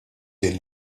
din